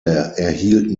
erhielt